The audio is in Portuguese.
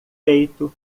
peito